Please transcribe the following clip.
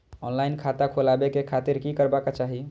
Online खाता खोलाबे के खातिर कि करबाक चाही?